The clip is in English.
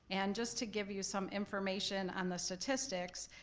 and just to give you some information on the statistics,